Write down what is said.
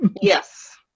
Yes